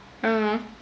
(uh huh)